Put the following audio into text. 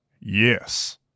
Yes